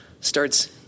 starts